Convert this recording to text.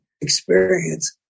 experience